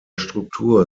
struktur